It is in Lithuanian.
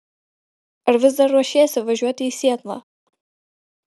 ar vis dar ruošiesi važiuoti į sietlą